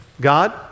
God